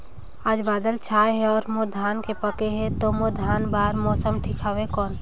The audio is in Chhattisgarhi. आज बादल छाय हे अउर मोर धान पके हे ता मोर धान बार मौसम ठीक हवय कौन?